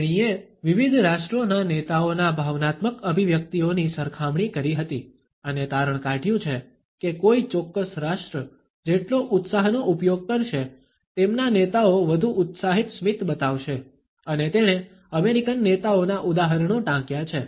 તેણીએ વિવિધ રાષ્ટ્રોના નેતાઓના ભાવનાત્મક અભિવ્યક્તિઓની સરખામણી કરી હતી અને તારણ કાઢ્યું છે કે કોઈ ચોક્કસ રાષ્ટ્ર જેટલો ઉત્સાહનો ઉપયોગ કરશે તેમના નેતાઓ વધુ ઉત્સાહિત સ્મિત બતાવશે અને તેણે અમેરિકન નેતાઓના ઉદાહરણો ટાંક્યા છે